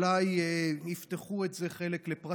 בגלל שאולי יפתחו את זה לפרטי,